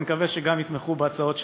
אני מקווה שגם יתמכו בהצעות שלנו,